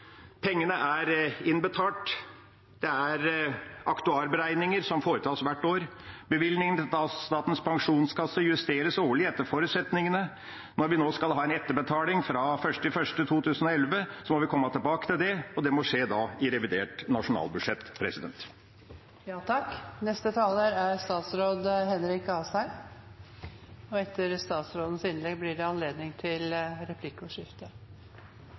pengene er innbetalt. Det er aktuarberegninger som foretas hvert år. Bevilgningen til Statens pensjonskasse justeres årlig etter forutsetningene. Når vi nå skal ha en etterbetaling fra 1. januar 2011, må vi komme tilbake til det, og det må da skje i revidert nasjonalbudsjett.